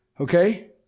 Okay